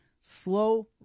Slow